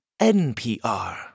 NPR